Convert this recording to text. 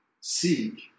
seek